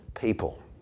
people